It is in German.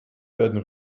werden